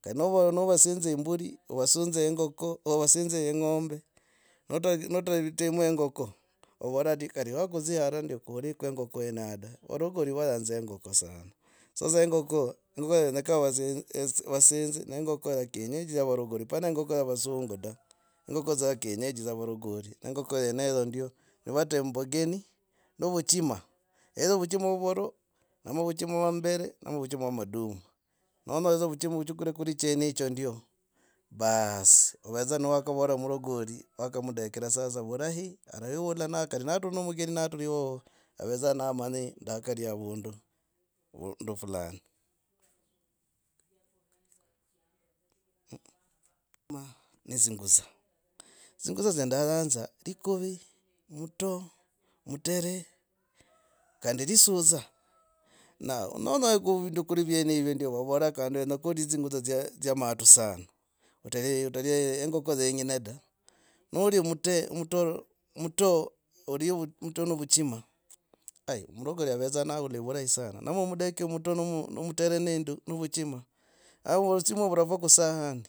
Kali no navasinzaa imbuli ovasinz engoko ovasinz engombe natavi natavidze engoko overa ndi kari wakudzi ahenao kuriko engoko awenao da varagori vayanza engoko awenao yavasinza neingoko ya kienyeji ya varogori hapana engoko yavasungu da engoko ya kienyeji ya varagori engoko yoneyo dza ndyo nivatehe mumbungeni novuchima eeh vuchima vuvoro namwe vuchima vwa mambere ama vuchima vwa maduma onyore vuchima choguria kuri chenecho ndio. Baas, ovedza wakavora murogori wakamdekra sasa vurahi areulaa no kali natura no omugeni sasa ewoho avedza namanyi ndakarya avundu fulani uuchima ne dzingutsa. dzingudza zya ndanyanza likuvi. mutoe. mutere. kandi. lisudza. Na nony vindu kuri vyonevyo ndio vavora kandi wenyako olie dzya dzya matu sana otaria engoko dzenyene da norya mutoo mutere. mutoo. olie, muto nomutere nende vuchima vuravwa kesahani